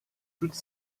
toute